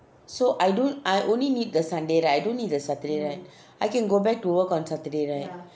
so I don't I only need the sunday right I don't need the saturday right I can go back to work on saturday right